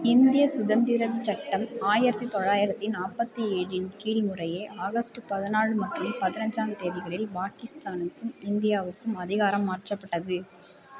இந்திய சுதந்திரச் சட்டம் ஆயிரத்து தொள்ளாயிரத்து நாற்பத்தி ஏழின் கீழ் முறையே ஆகஸ்ட் பதினாலு மற்றும் பதினஞ்சாம் தேதிகளில் பாகிஸ்தானுக்கும் இந்தியாவுக்கும் அதிகாரம் மாற்றப்பட்டது